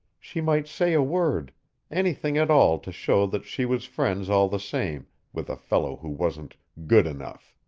she might say a word anything at all to show that she was friends all the same with a fellow who wasn't good enough.